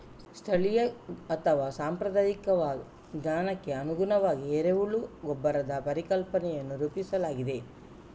ಸ್ಥಳೀಯ ಅಥವಾ ಸಾಂಪ್ರದಾಯಿಕ ಜ್ಞಾನಕ್ಕೆ ಅನುಗುಣವಾಗಿ ಎರೆಹುಳ ಗೊಬ್ಬರದ ಪರಿಕಲ್ಪನೆಯನ್ನು ರೂಪಿಸಲಾಗಿದೆ